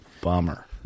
bummer